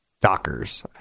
Dockers